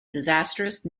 disastrous